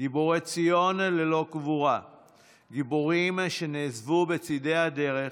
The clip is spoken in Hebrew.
גיבורי ציון ללא קבורה / גיבורים שנעזבו בצידי הדרך